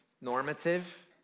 normative